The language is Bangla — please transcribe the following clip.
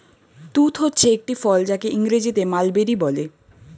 তুঁত হচ্ছে একটি ফল যাকে ইংরেজিতে মালবেরি বলে